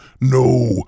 No